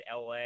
LA